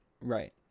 Right